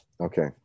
Okay